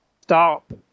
stop